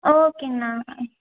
ஓகேங்ண்ணா